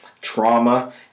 trauma